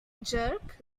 jerk